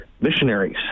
missionaries